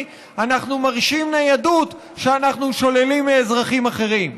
אנחנו מרשים ניידות שאנחנו שוללים מאזרחים אחרים?